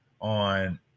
on